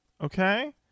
okay